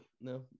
No